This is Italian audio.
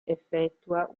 effettua